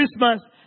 Christmas